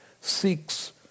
seeks